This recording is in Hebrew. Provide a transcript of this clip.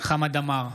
חמד עמאר,